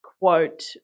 quote